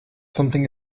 something